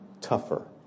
tougher